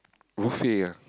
buffet ah